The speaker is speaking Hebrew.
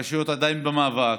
הרשויות עדיין במאבק,